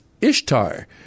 Ishtar